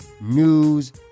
news